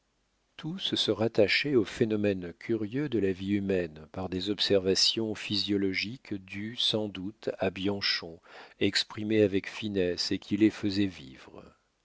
tous se rattachaient aux phénomènes curieux de la vie humaine par des observations physiologiques dues sans doute à bianchon exprimées avec finesse et qui les faisaient vivre